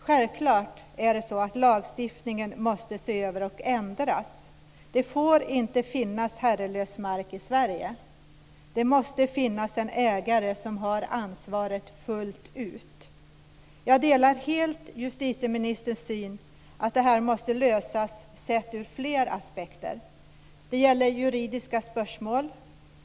Självklart måste lagstiftningen ses över och ändras. Det får inte finnas herrelös mark i Sverige. Det måste finnas en ägare som har ansvaret fullt ut. Jag delar helt justitieministerns syn att detta måste lösas, sett ur fler aspekter. Det gäller juridiska spörsmål.